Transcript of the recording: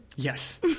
Yes